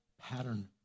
pattern